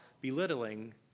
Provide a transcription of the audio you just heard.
belittling